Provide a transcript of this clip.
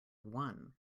one